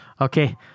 Okay